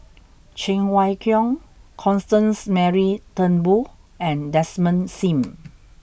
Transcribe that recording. Cheng Wai Keung Constance Mary Turnbull and Desmond Sim